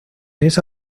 esa